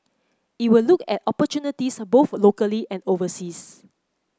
it will look at opportunities both locally and overseas